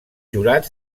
jurat